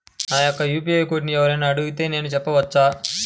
నా యొక్క యూ.పీ.ఐ కోడ్ని ఎవరు అయినా అడిగితే నేను చెప్పవచ్చా?